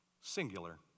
singular